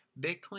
Bitcoin